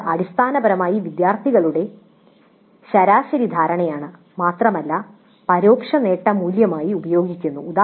ഇത് അടിസ്ഥാനപരമായി വിദ്യാർത്ഥികളുടെ ശരാശരി ധാരണയാണ് മാത്രമല്ല ഇത് പരോക്ഷ നേട്ട മൂല്യമായി ഉപയോഗിക്കുന്നു